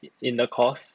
in the course